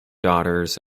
daughters